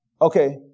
Okay